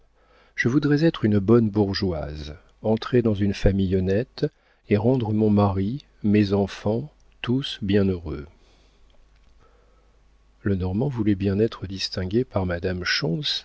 je voudrais être une bonne bourgeoise entrer dans une famille honnête et rendre mon mari mes enfants tous bien heureux le normand voulait bien être distingué par madame